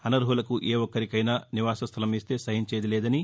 అనర్హులకు ఏ ఒక్కరికైనా నివాస స్థలం ఇస్తే సహించేదిలేదని